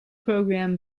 program